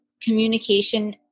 communication